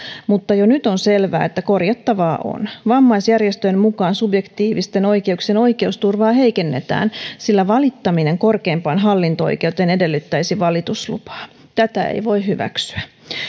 mutta jo nyt on selvää että korjattavaa on vammaisjärjestöjen mukaan subjektiivisten oikeuksien oikeusturvaa heikennetään sillä valittaminen korkeimpaan hallinto oikeuteen edellyttäisi valituslupaa tätä ei voi hyväksyä